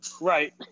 Right